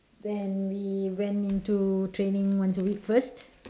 then we went into training once a week first